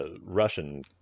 Russian